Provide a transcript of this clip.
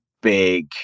big